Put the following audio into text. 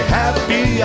happy